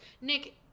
Nick